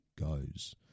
goes